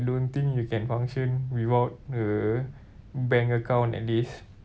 I don't think you can function without bank account at least